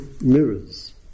Mirrors